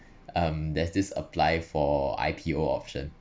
um there's this apply for I_P_O option